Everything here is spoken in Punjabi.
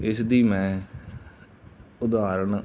ਇਸ ਦੀ ਮੈਂ ਉਦਾਹਰਣ